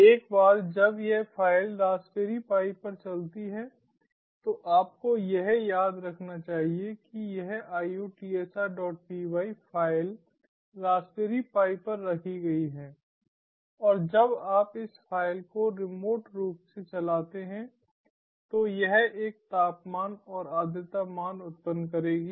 एक बार जब यह फ़ाइल रासबेरी पाई पर चलती है तो आपको यह याद रखना चाहिए कि यह IOTSRpy फ़ाइल रासबेरी पाई पर रखी गई है और जब आप इस फ़ाइल को रिमोट रूप से चलाते हैं तो यह एक तापमान और आर्द्रता मान उत्पन्न करेगी